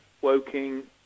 Woking